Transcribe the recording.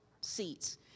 seats